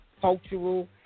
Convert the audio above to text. cultural